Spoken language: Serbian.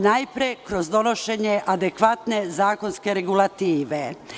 Najpre kroz donošenje adekvatne zakonske regulative.